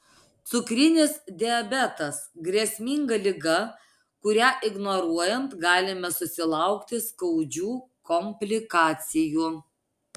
cukrinis diabetas grėsminga liga kurią ignoruojant galime susilaukti skaudžių komplikacijų